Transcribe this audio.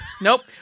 Nope